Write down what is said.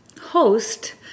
host